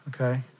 okay